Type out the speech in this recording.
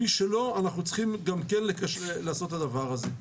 מי שלא, אנחנו צריכים גם כן לעשות את הדבר הזה.